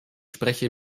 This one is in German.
spreche